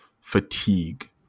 fatigue